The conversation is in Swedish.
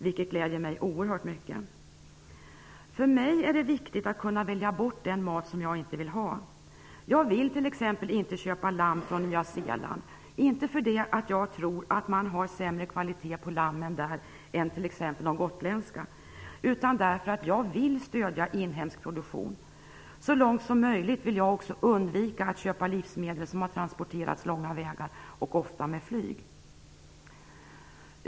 Det gläder mig oerhört mycket. För mig är det viktigt att jag kan välja bort den mat som jag inte vill ha. Jag vill t.ex. inte köpa lamm från Nya Zeeland. Det beror inte på att jag tror att det är sämre kvalitet på lammen där än t.ex. på lammen från Gotland utan på att jag vill stödja inhemsk produktion. Så långt som möjligt vill jag också undvika att köpa livsmedel som har transporterats långa vägar, ofta med flyg.